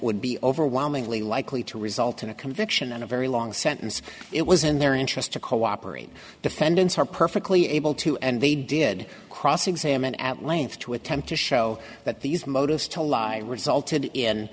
would be overwhelmingly likely to result in a conviction and a very long sentence it was in their interest to cooperate defendants are perfectly able to and they did cross examine at length to attempt to show that these motives to lie resulted in